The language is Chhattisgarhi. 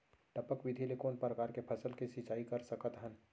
टपक विधि ले कोन परकार के फसल के सिंचाई कर सकत हन?